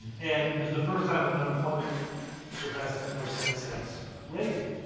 and it was the first time the and employment surpassed ten percent since reagan.